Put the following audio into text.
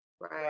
Right